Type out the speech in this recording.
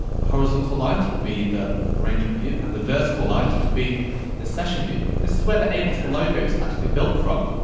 the horizontal lines will be the arrangement view, and the vertical lines will be the session view. this is where the ableton logo is actually built from,